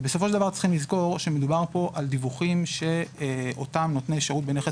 בסופו של דבר צריכים לזכור שמדובר פה על דיווחים שאותם נותני שירות בנכס